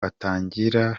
atangira